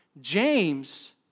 James